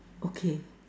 okay